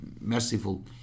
merciful